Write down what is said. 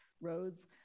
roads